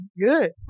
Good